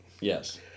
Yes